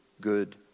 good